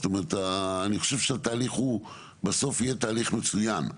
זאת אומרת אני חושב שהתהליך הוא בסוף הוא יהיה תהליך מצוין.